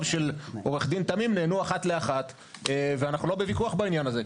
של עו"ד תמים נענינו אחת לאחת ואנחנו לא בוויכוח בעניין הזה.